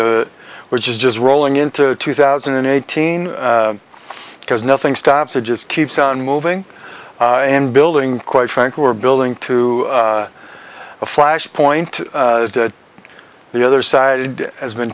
to which is just rolling into two thousand and eighteen because nothing stops it just keeps on moving and building quite frankly we're building to a flash point that the other side has been